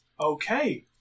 Okay